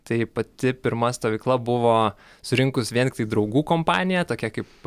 tai pati pirma stovykla buvo surinkus vien tiktai draugų kompaniją tokia kaip